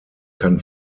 kann